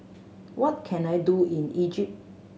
what can I do in Egypt